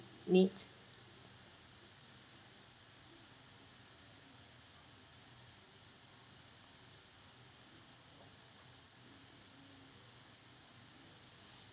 need